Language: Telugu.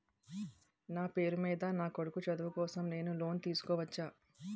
నా పేరు మీద నా కొడుకు చదువు కోసం నేను లోన్ తీసుకోవచ్చా?